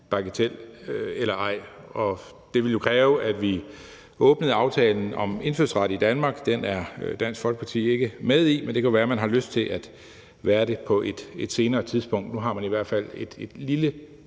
bagatel eller ej. Det ville jo kræve, at vi åbnede aftalen om indfødsret i Danmark. Den er Dansk Folkeparti ikke med i, men det kunne være, at man har lyst til at være det på et senere tidspunkt. Nu har man i hvert fald et lille,